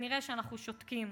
כנראה אנחנו שותקים.